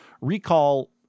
Recall